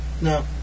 No